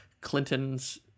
Clinton's